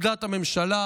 עמדת הממשלה,